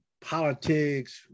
politics